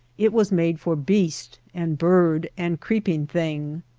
it was made for beast and bird and creeping thing.